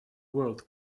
world